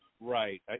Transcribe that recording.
Right